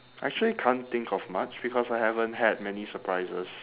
actually can't think of much because I haven't had many surprises